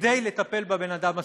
כדי לטפל באדם הסיעודי.